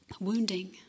wounding